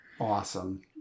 Awesome